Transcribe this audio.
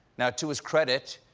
now, to his credit,